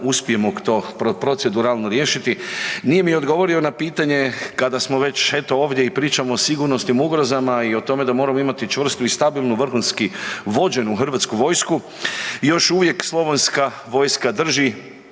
hrvatska vojska je